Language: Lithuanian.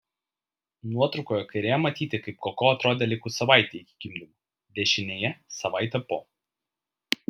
nuotraukoje kairėje matyti kaip koko atrodė likus savaitei iki gimdymo dešinėje savaitė po